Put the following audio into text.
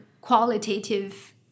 qualitative